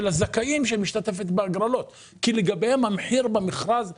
הזכאים שמשתתפת בהגרלות כי לגביהם המחיר במכרז קבוע,